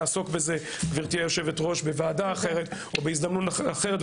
נעסוק בזה בוועדה אחרת או בהזדמנות אחרת.